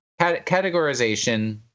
categorization